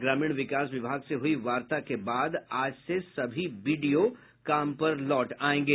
ग्रामीण विकास विभाग से हुई वार्ता के बाद आज से सभी बीडीओ काम पर लौट आयेंगे